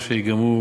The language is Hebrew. או שיגרמו